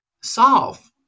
solve